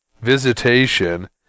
Visitation